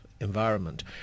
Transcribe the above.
environment